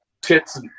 Tits